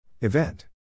Event